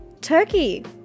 Turkey